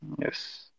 Yes